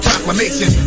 Proclamation